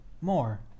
more